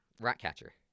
Ratcatcher